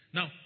Now